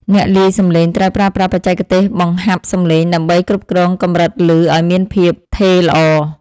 អ្នកលាយសំឡេងត្រូវប្រើប្រាស់បច្ចេកទេសបង្ហាប់សំឡេងដើម្បីគ្រប់គ្រងកម្រិតឮឱ្យមានភាពថេរល្អ។